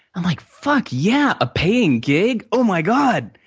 i'm like, fuck yeah, a paying gig? oh my god!